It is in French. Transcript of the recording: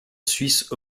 suisse